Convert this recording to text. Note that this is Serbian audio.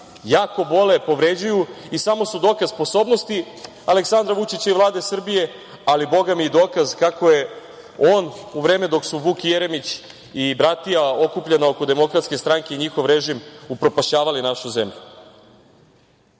jako bole, povređuju i samo su dokaz sposobnosti Aleksandra Vučića i Vlade Srbije, ali bogami i dokaz kako je on u vreme dok su Vuk Jeremić i bratija okupljena oko DS i njihov režim upropašćavali našu zemlju. Sa